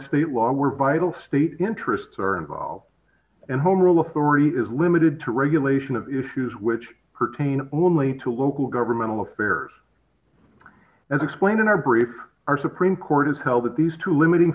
state law were vital state interests are involved and home rule authority is limited to regulation of issues which pertain only to local governmental affairs as explained in our brief our supreme court has held that these two limiting